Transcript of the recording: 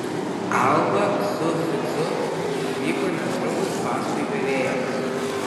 alba su ficu išvyko netrukus paskui virėją